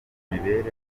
mibereho